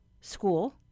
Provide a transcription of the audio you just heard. school